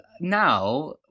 now